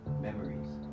memories